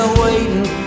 waiting